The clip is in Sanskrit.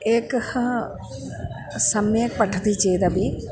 एकः सम्यक् पठति चेदपि